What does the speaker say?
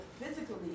physically